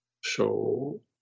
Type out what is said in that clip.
show